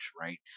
right